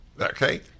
Okay